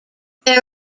there